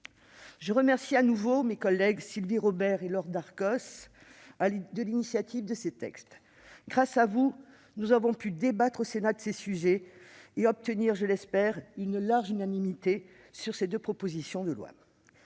Je remercie de nouveau mes collègues Sylvie Robert et Laure Darcos, à l'initiative de ces textes. Grâce à vous, nous avons pu débattre au Sénat de ces sujets et obtenir l'unanimité sur ces deux propositions de loi.